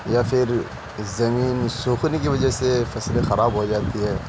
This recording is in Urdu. یا پھر زمین سوکھنے کی وجہ سے فصلیں خراب ہو جاتی ہے